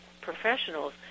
professionals